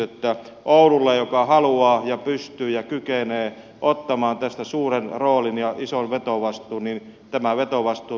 että oululle joka haluaa ja pystyy ja kykenee ottamaan tästä suuren roolin ja ison vetovastuun tämä vetovastuu myös annettaisiin